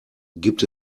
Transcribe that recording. gibt